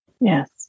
Yes